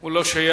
הוא לא שייך,